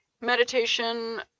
Meditation